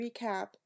recap